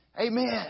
Amen